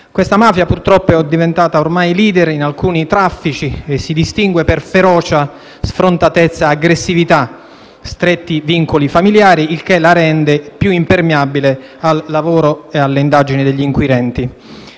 Questa mafia, purtroppo, è diventata ormai *leader* in alcuni traffici e si distingue per ferocia, sfrontatezza, aggressività e stretti vincoli familiari, il che la rende più impermeabile al lavoro e alle indagini degli inquirenti.